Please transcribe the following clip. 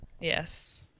yes